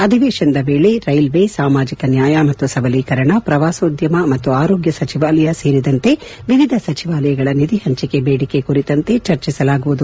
ಅಧಿವೇಶನದ ವೇಳೆ ರೈಲ್ವೇ ಸಾಮಾಜಿಕ ನ್ಯಾಯ ಮತ್ತು ಸಬಲೀಕರಣ ಪ್ರವಾಸೋದ್ದಮ ಮತ್ತು ಆರೋಗ್ದ ಸಚಿವಾಲಯ ಸೇರಿದಂತೆ ವಿವಿಧ ಸಚಿವಾಲಯಗಳ ನಿಧಿ ಹಂಚಿಕೆ ಬೇಡಿಕೆ ಕುರಿತಂತೆ ಚರ್ಚಿಸಲಾಗುವುದು